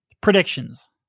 predictions